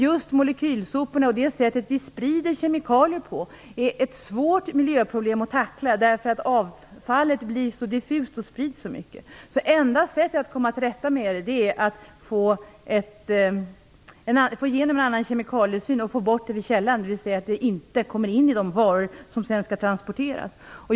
Just molekylsoporna och det nuvarande sättet att sprida kemikalier är svåra problem att tackla, eftersom avfallet blir så diffust och sprids så mycket. Det enda sättet att komma till rätta med det är att få igenom en annan kemikaliesyn och att få bort kemikalierna vid källan, dvs. se till att de inte hamnar i de varor som sedan skall transporteras.